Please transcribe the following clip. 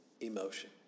emotion